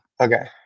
Okay